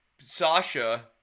Sasha